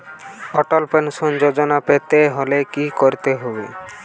অটল pension Yojana পেতে হলে কি করতে হবে?